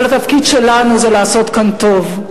אבל התפקיד שלנו זה לעשות כאן טוב.